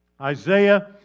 Isaiah